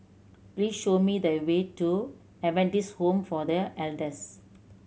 please show me the way to Adventist Home for The Elders